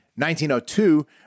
1902